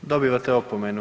Dobivate opomenu.